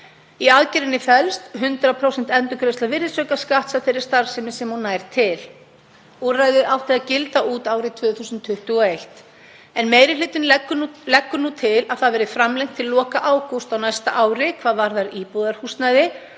Í aðgerðinni felst 100% endurgreiðsla virðisaukaskatts af þeirri starfsemi sem hún nær til. Úrræðið átti að gilda út árið 2021 en meiri hlutinn leggur nú til að það verði framlengt til loka ágúst á næsta ári hvað varðar íbúðarhúsnæði